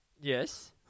Yes